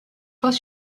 pas